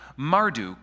Marduk